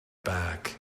back